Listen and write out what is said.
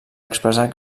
expressar